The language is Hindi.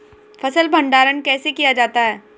फ़सल भंडारण कैसे किया जाता है?